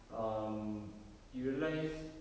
um you realize